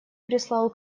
прислал